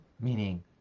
meaning